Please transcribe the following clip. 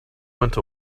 went